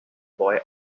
boy